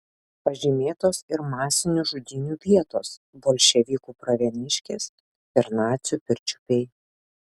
pažymėtos ir masinių žudynių vietos bolševikų pravieniškės ir nacių pirčiupiai